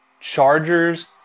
Chargers